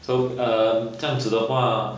so err 这样子的话